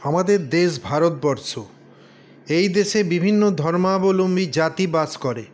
আমাদের দেশ ভারতবর্ষ এই দেশে বিভিন্ন ধর্মাবলম্বী জাতি বাস করে